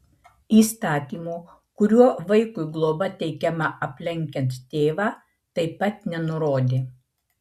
įstatymo kuriuo vaikui globa teikiama aplenkiant tėvą taip pat nenurodė